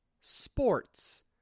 sports